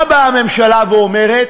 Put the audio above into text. מה באה הממשלה ואומרת?